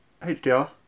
HDR